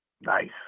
Nice